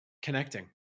Connecting